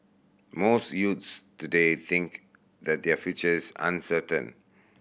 most youths today think that their future is uncertain